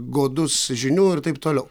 godus žinių ir taip toliau